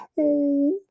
Oh